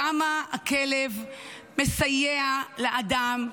כמה הכלב מסייע לאדם,